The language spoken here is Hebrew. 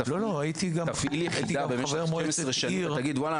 תפעיל יחידה במשך 12 שנים ותגיד "וואלה,